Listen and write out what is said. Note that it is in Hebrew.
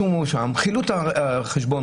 חילוט החשבון,